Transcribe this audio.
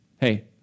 Hey